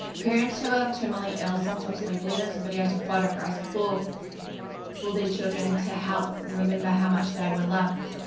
parents who are terminally ill sometimes like leaves videos or photographs for for their children to help remember how much they were loved.